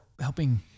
helping